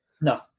No